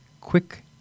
quick